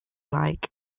like